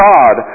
God